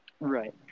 Right